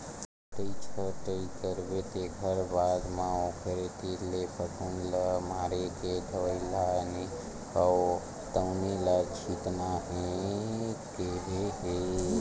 कटई छटई करबे तेखर बाद म ओखरे तीर ले फफुंद ल मारे के दवई लाने हव तउने ल छितना हे केहे हे